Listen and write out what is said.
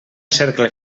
cercle